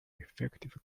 effective